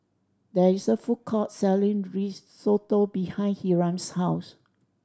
there is a food court selling Risotto behind Hiram's house